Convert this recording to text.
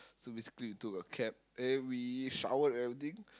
so basically we took a cab eh we showered everything